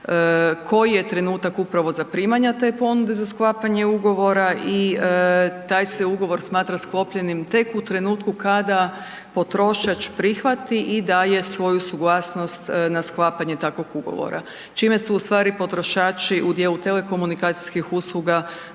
koji je trenutak upravo zaprimanja te ponude za sklapanje ugovora i taj se ugovor smatra sklopljenim tek u trenutku kada potrošač prihvati i daje svoju suglasnost na sklapanje takvog ugovora, čime su ustvari potrošači u dijelu telekomunikacijskih usluga